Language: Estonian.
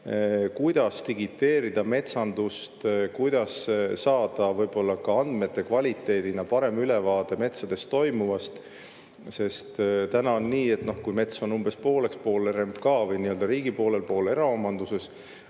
kuidas digiteerida metsandust, kuidas saada võib-olla ka andmete kvaliteedina parem ülevaade metsades toimuvast. Sest täna on nii, et kui mets on umbes pooleks – pool RMK või nii-öelda riigi poolel ja pool eraomanduses